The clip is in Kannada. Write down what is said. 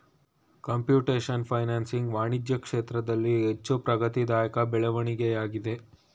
ಕಂಪ್ಯೂಟೇಶನ್ ಫೈನಾನ್ಸಿಂಗ್ ವಾಣಿಜ್ಯ ಕ್ಷೇತ್ರದಲ್ಲಿ ಹೆಚ್ಚು ಪ್ರಗತಿದಾಯಕ ಬೆಳವಣಿಗೆಯಾಗಿದೆ